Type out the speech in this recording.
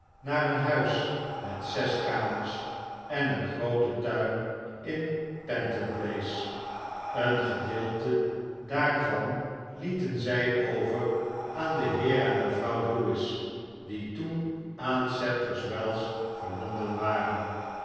naar een huis met zes kamers en een grooten tuin in pentonplace een gedeelte daarvan lieten zij over aan den heer en mevrouw lewis die toen aan sadlers wells verbonden waren